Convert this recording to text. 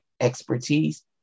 expertise